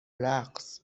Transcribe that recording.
رقص